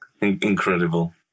incredible